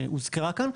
שהוזכרה כאן.